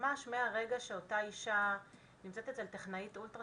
ממש מהרגע שאותה האישה נמצאת אצל טכנאית אולטרה